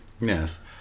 Yes